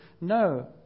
No